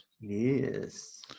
Yes